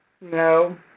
No